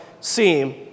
seem